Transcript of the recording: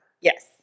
Yes